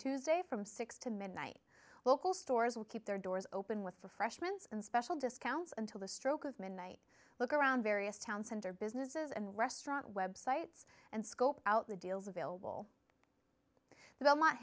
tuesday from six to midnight local stores will keep their doors open with refreshments and special discounts until the stroke of midnight look around various town center businesses and restaurant websites and scope out the deals available the